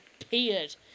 appeared